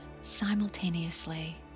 simultaneously